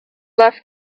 left